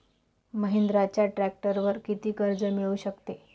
महिंद्राच्या ट्रॅक्टरवर किती कर्ज मिळू शकते?